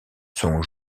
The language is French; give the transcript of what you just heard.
sont